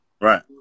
Right